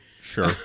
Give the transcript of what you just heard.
Sure